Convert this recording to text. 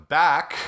back